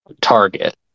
target